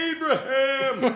Abraham